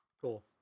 Cool